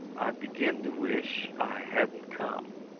i begin to wish i hadn't come.